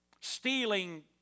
Stealing